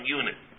unit